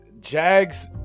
Jag's